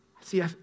See